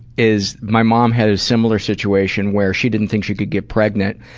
is my mom had a similar situation where she didn't think she could get pregnant,